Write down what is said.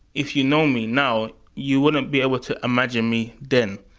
if you know me now, you wouldn't be able to imagine me then.